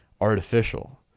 artificial